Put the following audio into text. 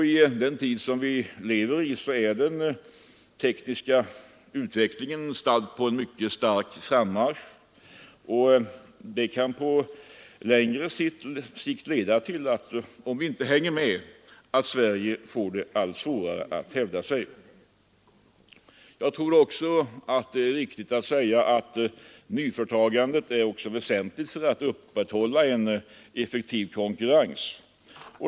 I vår tid är den tekniska utvecklingen stadd i mycket snabb frammarsch och på längre sikt kan följden bli — om vi inte hänger med — att Sverige får allt svårare att hävda sig. Jag tror också att det är riktigt att säga att nyföretagandet är väsentligt för att upprätthålla en effektiv konkurrens.